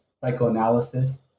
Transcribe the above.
psychoanalysis